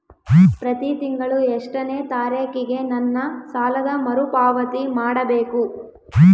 ಪ್ರತಿ ತಿಂಗಳು ಎಷ್ಟನೇ ತಾರೇಕಿಗೆ ನನ್ನ ಸಾಲದ ಮರುಪಾವತಿ ಮಾಡಬೇಕು?